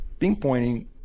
pinpointing